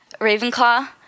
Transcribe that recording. Ravenclaw